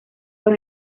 los